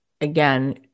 again